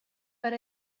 but